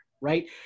right